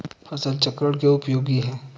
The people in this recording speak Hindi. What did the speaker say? फसल चक्रण क्यों उपयोगी है?